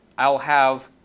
ah will have,